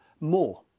more